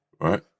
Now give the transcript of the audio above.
right